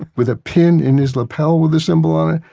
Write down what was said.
with a pin in his lapel with a symbol on it.